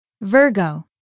Virgo